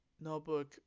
notebook